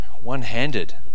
One-handed